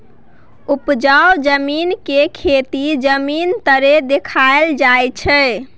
उपजाउ जमीन के खेती जमीन तरे देखाइल जाइ छइ